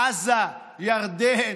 עזה, ירדן,